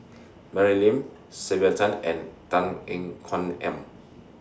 Mary Lim Sylvia Tan and Tan Ean Kuan Aim